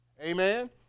amen